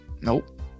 nope